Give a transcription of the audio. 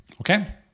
okay